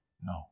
No